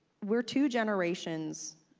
we're two generations,